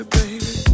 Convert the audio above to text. baby